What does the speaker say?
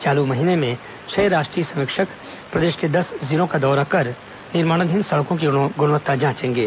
चालू माह में छह राष्ट्रीय समीक्षक प्रदेश के दस जिलों का दौरा कर निर्माणाधीन सड़कों की गुणवत्ता जांचेंगे